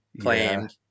claimed